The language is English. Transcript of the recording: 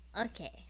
okay